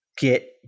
get